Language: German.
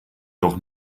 doch